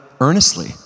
earnestly